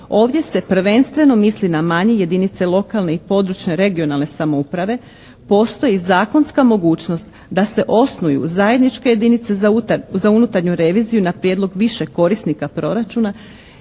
ovdje se prvenstveno misli na manje jedinice lokalne i područne, regionalne samouprave. Postoji zakonska mogućnost da se osnuju zajedničke jedinice za unutarnju reviziju na prijedlog više korisnika proračuna